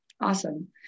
Awesome